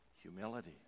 humility